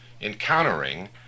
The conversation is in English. encountering